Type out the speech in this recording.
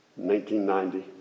1990